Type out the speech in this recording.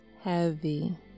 heavy